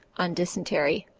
on dysentery.